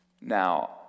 Now